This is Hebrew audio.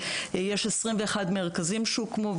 ויש 21 מרכזים שהוקמו,